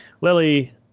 Lily